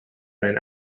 mijn